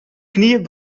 knieën